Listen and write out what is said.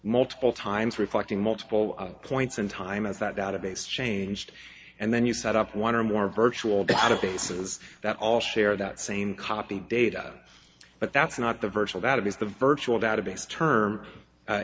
multiple times reflecting multiple points in time as that database changed and then you set up one or more virtual databases that all share that same copy data but that's not the virtual that is the virtual database term